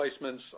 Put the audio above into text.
placements